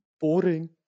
Boring